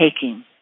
taking